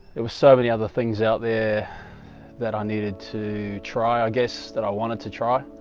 there was so many other things out there that i needed to try i guess that i wanted to try